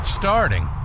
Starting